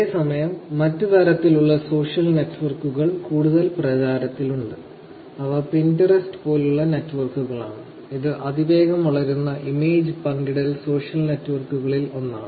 അതേസമയം മറ്റ് തരത്തിലുള്ള സോഷ്യൽ നെറ്റ്വർക്കുകൾ കൂടുതൽ പ്രചാരത്തിലുണ്ട് അവ പിന്ററസ്റ് പോലുള്ള നെറ്റ്വർക്കുകളാണ് ഇത് അതിവേഗം വളരുന്ന ഇമേജ് പങ്കിടൽ സോഷ്യൽ നെറ്റ്വർക്കുകളിൽ ഒന്നാണ്